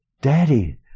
Daddy